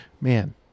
Man